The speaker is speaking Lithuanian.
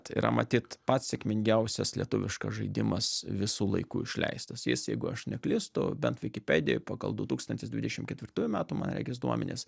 yra matyt pats sėkmingiausias lietuviškas žaidimas visų laikų išleistas jis jeigu aš neklystu bent vikipedijoj pagal du tūkstantis dvidešimt ketvirtųjų metų man regis duomenis